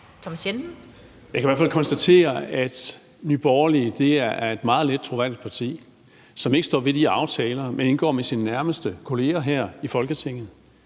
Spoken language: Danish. Jeg kan i hvert fald konstatere, at Nye Borgerlige er et meget lidt troværdigt parti, som ikke står ved de aftaler, man har indgået med sine nærmeste kolleger her i Folketinget.